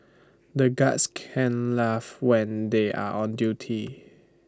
the guards can't laugh when they are on duty